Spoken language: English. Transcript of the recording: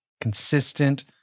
consistent